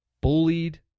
bullied